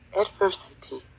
adversity